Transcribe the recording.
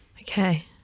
Okay